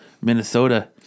Minnesota